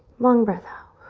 long breath out.